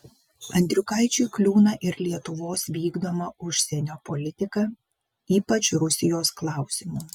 andriukaičiui kliūna ir lietuvos vykdoma užsienio politika ypač rusijos klausimu